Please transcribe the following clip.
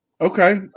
Okay